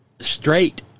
straight